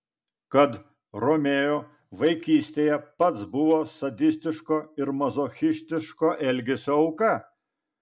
kad romeo vaikystėje pats buvo sadistiško ir mazochistiško elgesio auka